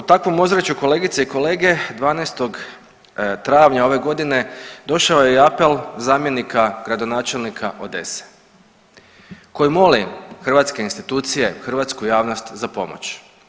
U takvom ozračju kolegice i kolege 12. travnja ove godine došao je apel zamjenika gradonačelnika Odese koji moli hrvatske institucije, hrvatsku javnost za pomoć.